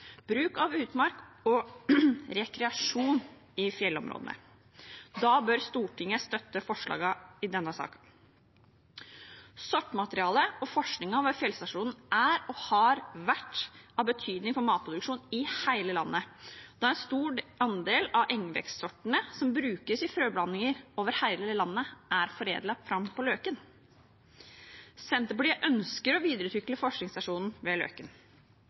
bruk av utmark og rekreasjon i fjellområdene. Da bør Stortinget støtte forslagene i denne saken. Sortsmaterialet og forskningen ved fjellstasjonen er og har vært av betydning for matproduksjonen i hele landet. En stor andel av engvekstsortene som brukes i frøblandinger over hele landet, er foredlet fram på Løken. Senterpartiet ønsker å videreutvikle forskningsstasjonen på Løken.